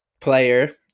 player